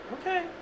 Okay